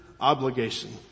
obligation